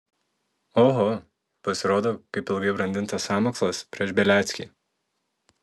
oho pasirodo kaip ilgai brandintas sąmokslas prieš beliackį